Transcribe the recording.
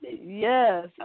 Yes